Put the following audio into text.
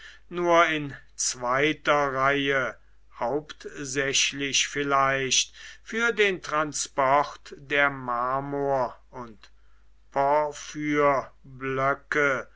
nur in zweiter reihe hauptsächlich vielleicht für den transport der marmor und porphyrblöcke